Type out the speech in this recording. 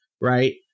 right